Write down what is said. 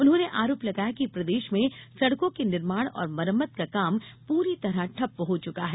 उन्होंने आरोप लगाया कि प्रदेश में सड़कों के निर्माण और मरम्मत का काम पूरी तरह ठप्प हो चुका है